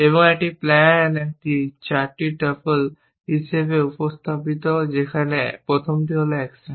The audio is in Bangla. এবং একটি প্ল্যান একটি 4 টপল হিসাবে উপস্থাপিত যেখানে প্রথমটি হল অ্যাকশন